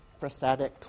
prostatic